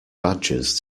badgers